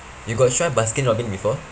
you got try baskin-robbins before